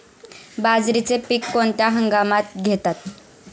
बाजरीचे पीक कोणत्या हंगामात घेतात?